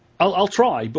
i'll i'll try. but